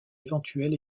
éventuel